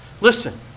Listen